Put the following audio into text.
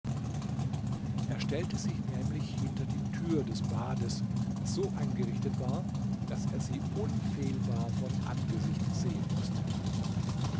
er stellte sich nämlich hinter die tür des bades das so eingerichtet war daß er sie unfehlbar von angesicht sehen mußte